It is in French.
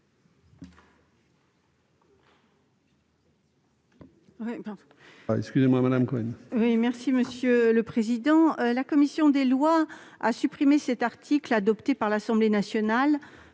La commission des lois a supprimé l'article 16 A adopté par l'Assemblée nationale,